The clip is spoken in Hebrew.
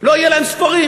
לא יהיו להם ספרים.